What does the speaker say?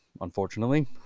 unfortunately